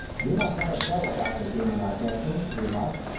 you must have a double about this evening, i fancy, he remarked.